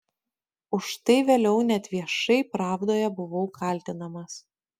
už tai vėliau net viešai pravdoje buvau kaltinamas